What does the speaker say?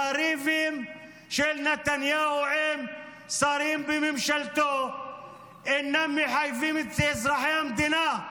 והריבים של נתניהו עם שרים בממשלתו אינם מחייבים את אזרחי המדינה.